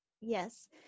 Yes